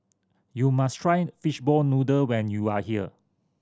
you must try fishball noodle when you are here